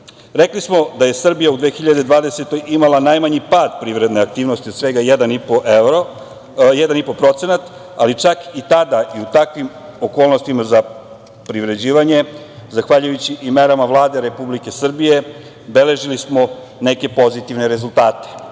evra. Rekli smo da je Srbija u 2020. godini imala najmanji pad privredne aktivnosti od svega 1,5%, ali čak i tada i u takvim okolnostima za privređivanje, zahvaljujući i merama Vlade Republike Srbije, beležili smo neke pozitivne rezultate. Na